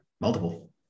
Multiple